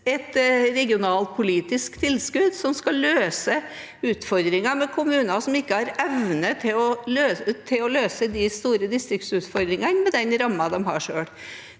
et regionalt politisk tilskudd som skal løse utfordringene med kommuner som ikke har evne til å løse de store distriktsutfordringene med den rammen de har selv.